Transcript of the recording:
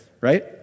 right